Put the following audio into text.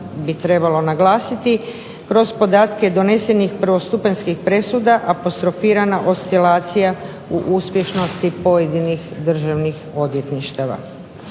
bi trebalo naglasiti kroz podatke donesenih prvostupanjskih presuda apostrofirana oscilacija u uspješnosti pojedinih državnih odvjetništava.